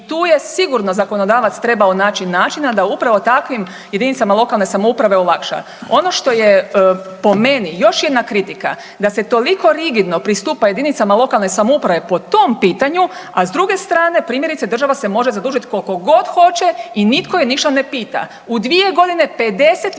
tu je sigurno zakonodavac trebao naći načina da upravo takvim jedinicama lokalne samouprave olakša. Ono što je po meni, još jedna kritika, da se toliko rigidno pristupa jedinicama lokalne samouprave po tom pitanju, a s druge strane, primjerice država se može zadužiti koliko god hoće i nitko je ništa ne pita. U 2 godine 50 milijardi